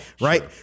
right